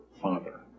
Father